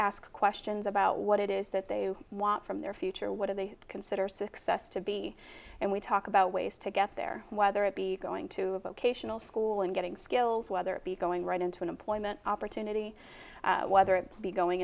ask questions about what it is that they want from their future what do they consider success to be and we talk about ways to get there whether it be going to a vocational school and getting skills whether it be going right into an employment opportunity whether it be going